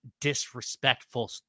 disrespectful